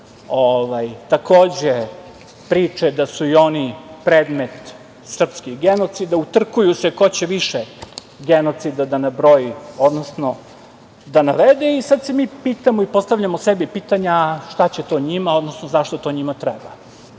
takođe priče da su i oni predmet srpskih genocida, utrkuju se ko će više genocida da nabroji, odnosno da navede i sad se mi pitamo i postavljamo sebi pitanja, a šta će to njima, odnosno zašto to njima treba? Zato